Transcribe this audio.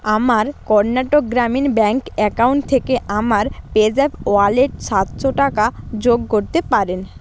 আমার Karnataka Gramin bank account থেকে আমার পেজ্যাপ ওয়ালেট সাতশো টাকা যোগ করতে পারেন